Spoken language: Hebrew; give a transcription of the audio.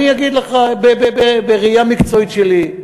אני אגיד לך, בראייה מקצועית שלי.